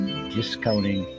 discounting